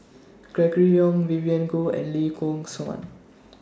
Gregory Yong Vivien Goh and Lee Yock Suan